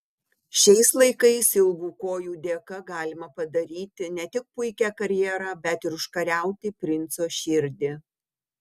šiais laikais ilgų kojų dėka galima padaryti ne tik puikią karjerą bet ir užkariauti princo širdį